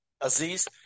Aziz